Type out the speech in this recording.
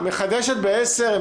מחדשת ב-10:00.